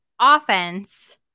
offense